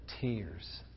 tears